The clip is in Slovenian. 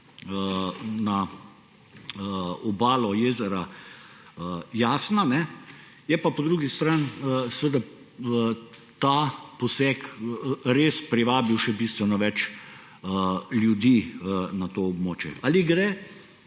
na obalo jezera Jasna. Je pa po drugi strani ta poseg res privabil še bistveno več ljudi na to območje. Ali gre